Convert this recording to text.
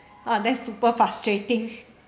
uh that's super frustrating